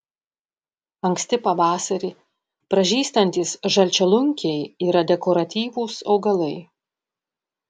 anksti pavasarį pražystantys žalčialunkiai yra dekoratyvūs augalai